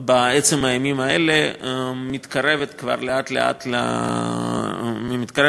בעצם הימים האלה ומתקרבת לאט-לאט לסיומה.